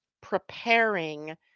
preparing